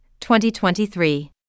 2023